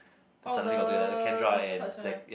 oh the the church one